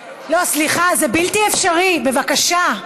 לא, סליחה, זה בלתי אפשרי, בבקשה.